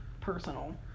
personal